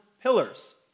pillars